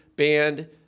banned